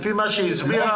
לפי מה שהיא הסבירה.